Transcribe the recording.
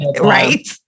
Right